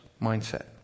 mindset